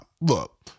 look